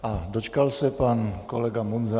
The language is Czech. A dočkal se pan kolega Munzar.